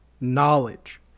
Knowledge